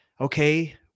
okay